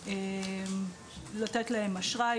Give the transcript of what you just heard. אשראי,